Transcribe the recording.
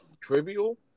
trivial